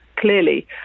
clearly